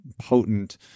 potent